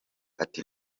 ati